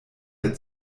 der